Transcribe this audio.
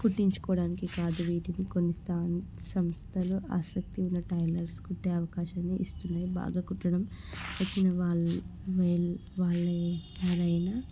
కుట్టించుకోడానికి కాదు వీటికి కొన్ని స్థా సంస్థలు ఆసక్తి ఉన్న టైలర్స్ కుట్టే అవకాశాన్ని ఇస్తుంది బాగా కుట్టడం వచ్చిన వాళ్ళు ఎవరైనా